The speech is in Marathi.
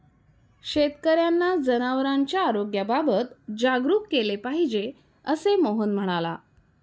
शेतकर्यांना जनावरांच्या आरोग्याबाबत जागरूक केले पाहिजे, असे मोहन म्हणाला